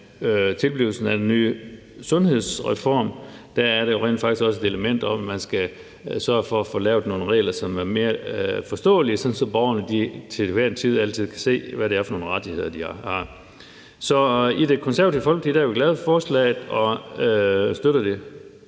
tilblivelsen af den nye sundhedsreform er der jo rent faktisk også et element om, at man skal sørge for at få lavet nogle regler, som er mere forståelige, sådan at borgerne til enhver tid kan se, hvad det er for nogle rettigheder, de har. I Det Konservative Folkeparti er vi glade for forslaget og støtter det